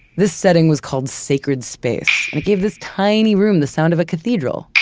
this setting was called sacred space. and it gave this tiny room the sound of a cathedral.